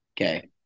Okay